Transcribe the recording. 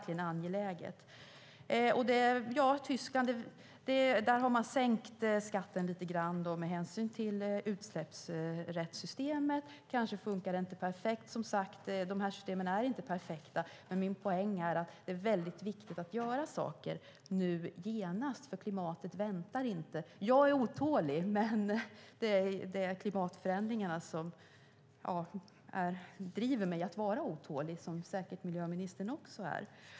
I Tyskland har man sänkt skatten lite med hänsyn till utsläppsrättssystemen. Det kanske inte fungerar perfekt - de här systemen är inte perfekta - men min poäng är att det är viktigt att göra saker genast. Klimatet väntar inte. Jag är otålig. Klimatförändringarna driver mig att vara otålig. Det är säkert miljöministern också.